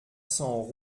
cents